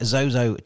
Zozo